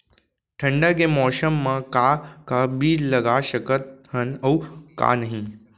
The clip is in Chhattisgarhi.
ठंडा के मौसम मा का का बीज लगा सकत हन अऊ का नही?